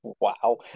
wow